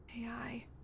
AI